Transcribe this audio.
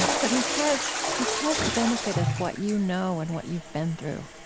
and but he has he has the benefit of what you know and what you've been through